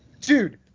Dude